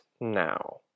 now